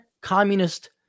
communist